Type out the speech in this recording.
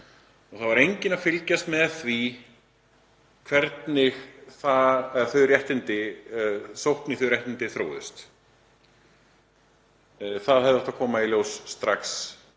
og það var enginn að fylgjast með því hvernig sókn í þau réttindi þróaðist. Það hefði átt að koma í ljós strax.